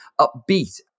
upbeat